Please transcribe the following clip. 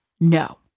No